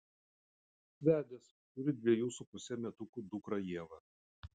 vedęs turi dviejų su puse metukų dukrą ievą